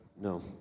no